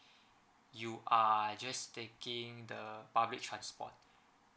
you are just taking the public transport